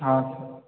हां सर